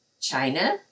China